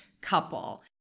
couple